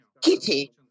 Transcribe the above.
kitty